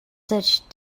search